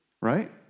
Right